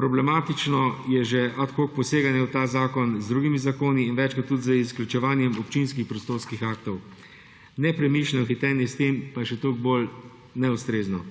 problematično je že ad hoc poseganje v ta zakon z drugimi zakoni in večkrat tudi z izključevanjem občinskih prostorskih aktov. Nepremišljeno hitenje s tem pa je še toliko bolj neustrezno.